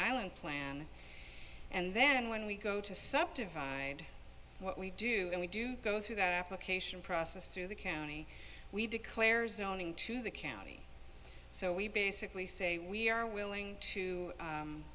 island plan and then when we go to subdivide what we do and we do go through that application process through the county we declare zoning to the county so we basically say we are willing to